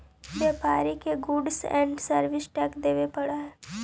व्यापारि के goods and service tax देवे पड़ऽ हई